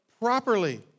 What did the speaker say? properly